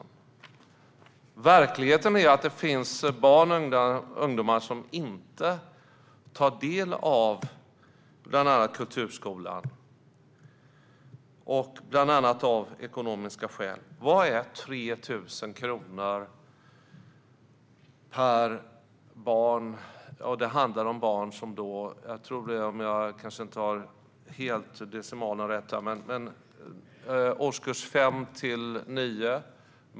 Verkligheten är att det finns barn och ungdomar som inte tar del av bland annat kulturskolan, bland annat av ekonomiska skäl. Vad är 3 000 kronor per barn? Det handlar om barn - jag kanske inte har helt rätt decimaler - i årskurs 5-9.